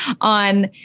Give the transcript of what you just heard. on